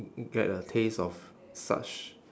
get a taste of such